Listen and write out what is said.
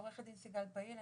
עורכת הדין סיגל פעיל,